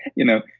you know?